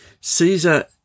Caesar